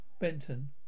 Benton